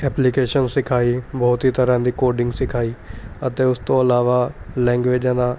application ਸਿਖਾਈ ਬਹੁਤ ਹੀ ਤਰ੍ਹਾਂ ਦੀ ਕੋਡਿੰਗ ਸਿਖਾਈ ਅਤੇ ਉਸ ਤੋਂ ਇਲਾਵਾ ਲੈਂਗੂਏਜਾਂ ਦਾ